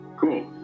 Cool